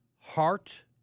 heart